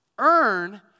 earn